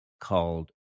called